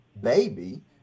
baby